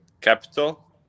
Capital